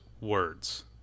words